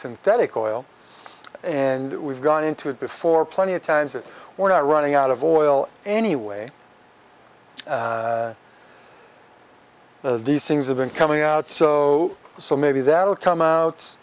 synthetic oil and we've gone into it before plenty of times that we're not running out of oil anyway as these things have been coming out so so maybe that will come out